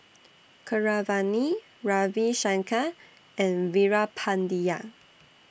Keeravani Ravi Shankar and Veerapandiya